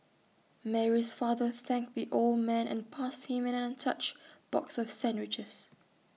Mary's father thanked the old man and passed him an untouched box of sandwiches